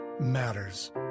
matters